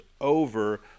over